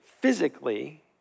physically